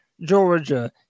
Georgia